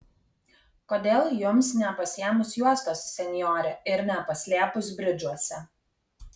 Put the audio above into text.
kodėl jums nepasiėmus juostos senjore ir nepaslėpus bridžuose